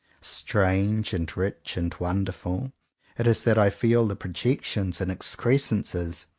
strange and rich and wonderful it is that i feel the pro jections and excrescences,